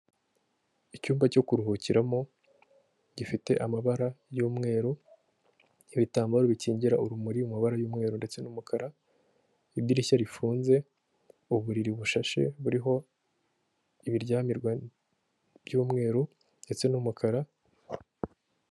Icyumba cyo kuruhukiramo, gifite amabara y'umweru, ibitambaro bikingira urumuri mu mabara y'umweru ndetse n'umukara, idirishya rifunze, uburiri bushashe buriho ibiryamirwa by'umweru ndetse n'umukara...